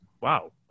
Wow